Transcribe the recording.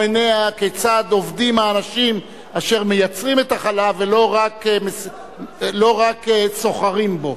עיניה כיצד עובדים האנשים אשר מייצרים את החלב ולא רק סוחרים בו.